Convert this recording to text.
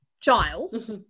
Giles